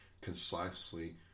concisely